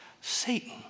Satan